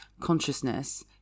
consciousness